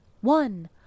one